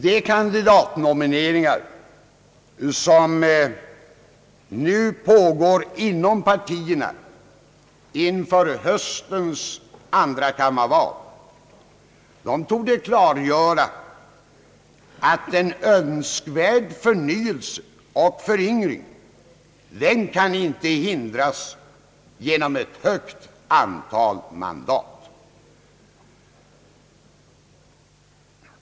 De kandidatnomineringar som nu pågår inom partierna inför höstens andrakammarval torde klargöra, att en önskvärd förnyelse och föryngring inte kan hindras genom ett högt antal mandat.